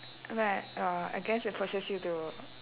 but oh I guess it pushes you to